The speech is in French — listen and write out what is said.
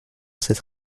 cette